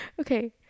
Okay